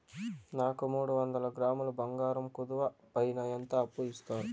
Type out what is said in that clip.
నాకు మూడు వందల గ్రాములు బంగారం కుదువు పైన ఎంత అప్పు ఇస్తారు?